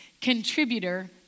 Contributor